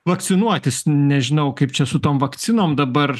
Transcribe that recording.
vakcinuotis nežinau kaip čia su tom vakcinom dabar